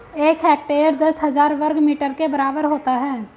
एक हेक्टेयर दस हजार वर्ग मीटर के बराबर होता है